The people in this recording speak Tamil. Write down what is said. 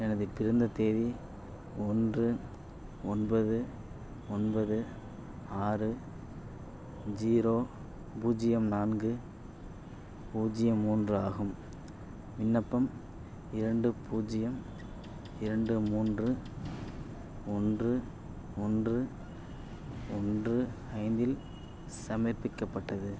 எனது பிறந்த தேதி ஒன்று ஒன்பது ஒன்பது ஆறு ஜீரோ பூஜ்ஜியம் நான்கு பூஜ்ஜியம் மூன்று ஆகும் விண்ணப்பம் இரண்டு பூஜ்ஜியம் இரண்டு மூன்று ஒன்று ஒன்று ஒன்று ஐந்தில் சமர்ப்பிக்கப்பட்டது